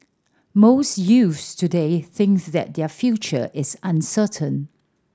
most youths today thinks that their future is uncertain